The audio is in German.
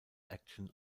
action